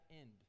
end